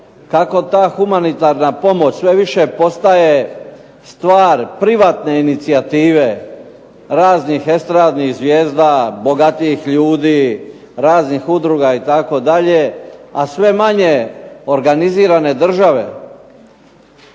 kako ta humanitarna pomoć sve više postaje stvar privatne inicijative raznih estradnih zvijezda, bogatijih ljudi, raznih udruga itd. a sve manje organizirane države